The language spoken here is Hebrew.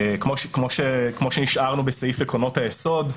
כמו שהשארנו בסעיף עקרונות היסוד,